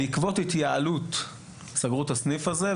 בעקבות התייעלות סגרו את הסניף הזה,